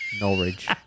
Norwich